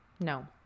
No